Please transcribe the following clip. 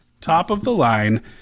top-of-the-line